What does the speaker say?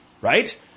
right